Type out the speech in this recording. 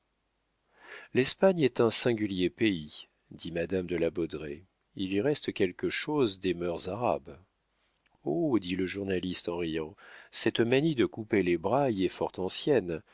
l'espagne est un singulier pays dit madame de la baudraye il y reste quelque chose des mœurs arabes oh dit le journaliste en riant cette manie de couper les bras y est fort ancienne